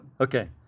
Okay